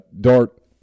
Dart